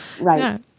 Right